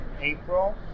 April